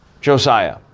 Josiah